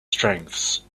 strengths